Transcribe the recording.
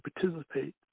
participate